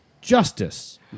justice